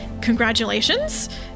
congratulations